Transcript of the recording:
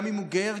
גם אם הוא גר,